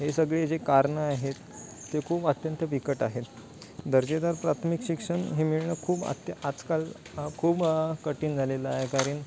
हे सगळे जे कारणं आहेत ते खूप अत्यंत बिकट आहेत दर्जेदार प्राथमिक शिक्षण हे मिळणं खूप आत्य आजकाल खूप कठीण झालेलं आहे कारण